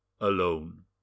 Alone